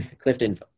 Clifton